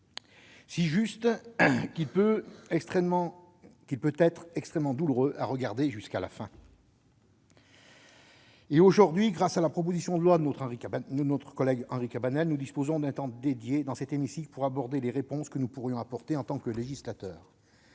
si juste qu'il peut être extrêmement douloureux à regarder jusqu'à la fin. Aujourd'hui, grâce à la proposition de loi de notre collègue Henri Cabanel, nous disposons d'un temps dédié dans cet hémicycle pour aborder les réponses que nous pourrions apporter en tant que législateurs.